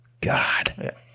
God